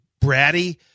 bratty